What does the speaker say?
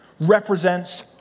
represents